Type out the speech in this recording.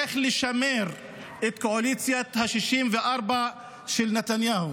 איך לשמר את קואליציית ה-64 של נתניהו.